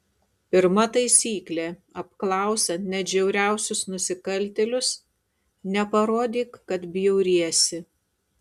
pirma taisyklė apklausiant net žiauriausius nusikaltėlius neparodyk kad bjauriesi